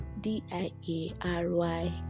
d-i-a-r-y